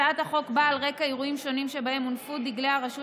הצעת החוק באה על רקע אירועים שונים שבהם הונפו דגלי הרשות